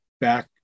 back